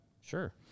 Sure